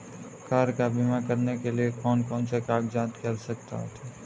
Car का बीमा करने के लिए कौन कौन से कागजात की आवश्यकता होती है?